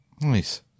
Nice